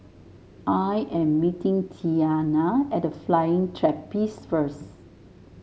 I am meeting Tiana at The Flying Trapeze first